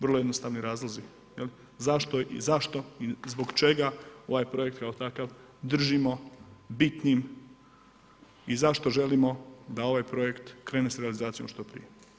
Vrlo jednostavni razlozi zašto i zbog čega ovaj projekt kao takav držimo bitnim i zašto želimo da ovaj projekt krene s realizacijom što prije.